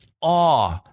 awe